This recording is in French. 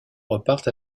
repartent